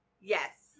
Yes